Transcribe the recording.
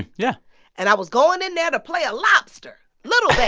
yeah and i was going in there to play a lobster lil' babe